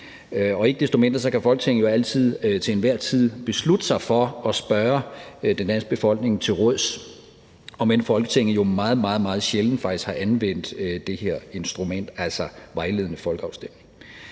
Ikke desto mindre kan Folketinget jo til enhver tid beslutte sig for at spørge den danske befolkning til råds, om end Folketinget jo meget, meget sjældent faktisk har anvendt det her instrument, altså vejledende folkeafstemning.